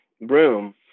room